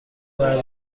باید